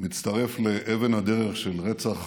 מצטרף לאבן הדרך של רצח